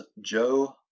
Joe